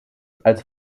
als